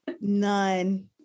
none